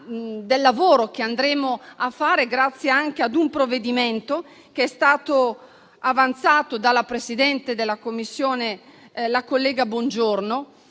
del lavoro che andremo a fare, grazie anche a un provvedimento che è stato proposto dalla presidente della 2a Commissione, la collega Bongiorno,